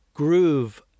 Groove